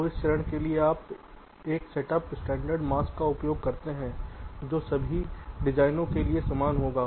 तो इस चरण के लिए आप एक सेट अप स्टैण्डर्ड मास्क्स का उपयोग करते हैं जो सभी डिज़ाइनों के लिए समान होगा